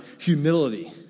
humility